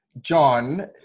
John